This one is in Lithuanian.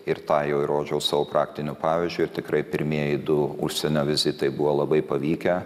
ir tą jau įrodžiau savo praktiniu pavyzdžiu ir tikrai pirmieji du užsienio vizitai buvo labai pavykę